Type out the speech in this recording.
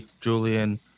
Julian